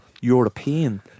European